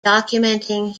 documenting